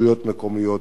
רשויות מקומיות,